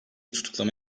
tutuklama